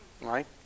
Right